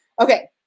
Okay